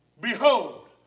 Behold